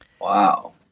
Wow